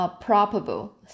probable